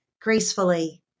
gracefully